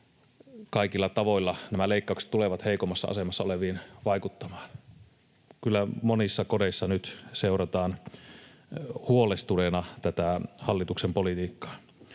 kaikilla tavoilla nämä leikkaukset tulevat heikoimmassa asemassa oleviin vaikuttamaan. Kyllä monissa kodeissa nyt seurataan huolestuneina tätä hallituksen politiikkaa.